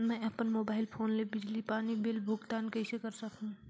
मैं अपन mobile phone ले बिजली पानी बिल भुगतान कइसे कर सकहुं?